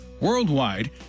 worldwide